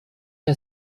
der